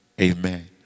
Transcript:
Amen